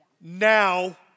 now